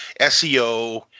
SEO